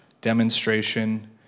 demonstration